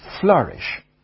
flourish